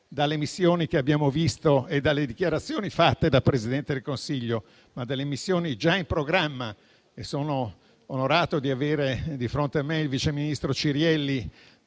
dalle missioni che abbiamo visto, dalle dichiarazioni fatte dal Presidente del Consiglio e dalle missioni già in programma - sono onorato di avere di fronte a me il vice ministro Cirielli,